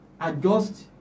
adjust